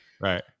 Right